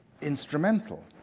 instrumental